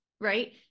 right